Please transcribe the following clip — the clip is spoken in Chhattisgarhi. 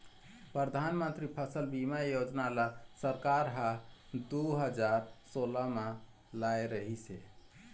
परधानमंतरी फसल बीमा योजना ल सरकार ह दू हजार सोला म लाए रिहिस हे